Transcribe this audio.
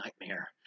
nightmare